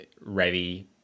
ready